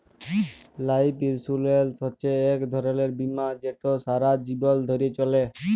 life insurance হছে ইক ধরলের বীমা যেট সারা জীবল ধ্যরে চলে